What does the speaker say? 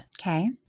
okay